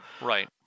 right